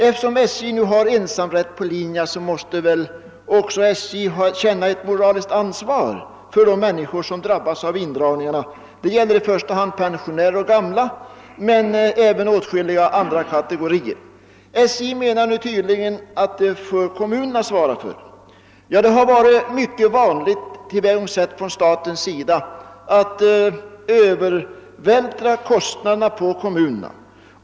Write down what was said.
Eftersom SJ nu har ensamrätt på linjerna måste väl SJ också känna moraliskt ansvar för de människor som drabbas av indragningarna. Det gäller i första hand äldre personer — pensionärer — men även åtskilliga andra kategorier. SJ menar tydligen att detta får kommunerna svara för. Ja, det har varit ett mycket vanligt tillvägagångssätt från statens sida att övervältra kostnaderna på kommunerna.